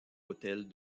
hôtels